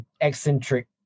eccentric